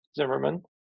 zimmerman